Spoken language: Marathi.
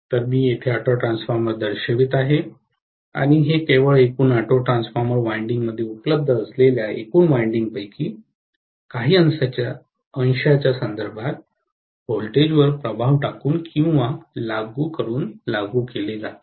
तर मी येथे ऑटो ट्रान्सफॉर्मर दर्शवित आहे आणि हे केवळ एकूण ऑटो ट्रान्सफॉर्मर वायंडिंग मध्ये उपलब्ध असलेल्या एकूण वायंडिंग पैकी काही अंशांच्या संदर्भात व्होल्टेजवर प्रभाव टाकून किंवा लागू करून लागू केले जाते